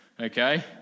okay